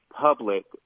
public